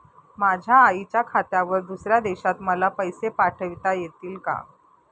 माझ्या आईच्या खात्यावर दुसऱ्या देशात मला पैसे पाठविता येतील का?